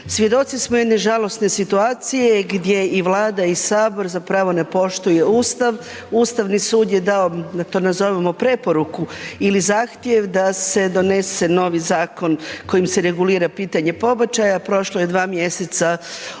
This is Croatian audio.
Svjedoci smo jedne žalosne situacije gdje i Vlada i Sabor zapravo ne poštuje Ustav. Ustavni sud je dao, da to nazovemo preporuku ili zahtjev da se donese novi zakon kojim se regulira pitanje pobačaja, prošlo je 2 mjeseca od kad